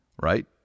Right